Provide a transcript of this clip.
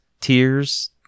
tears